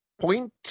point